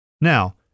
Now